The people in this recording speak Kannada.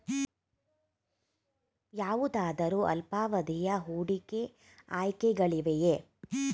ಯಾವುದಾದರು ಅಲ್ಪಾವಧಿಯ ಹೂಡಿಕೆ ಆಯ್ಕೆಗಳಿವೆಯೇ?